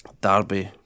Darby